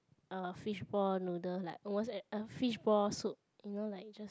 uh fishball noodle like almost every~ uh fishball soup you know like just